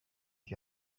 the